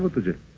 was young,